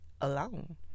alone